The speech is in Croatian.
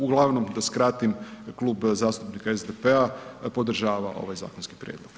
Uglavnom da skratim, Klub zastupnika SDP-a podržava ovaj zakonski prijedlog.